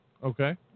Okay